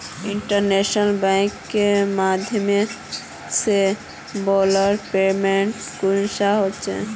Internet banking के माध्यम से बिलेर पेमेंट कुंसम होचे?